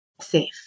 safe